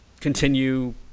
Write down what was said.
continue